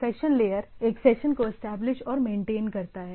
session layer एक session को establish और मेंटेन करता है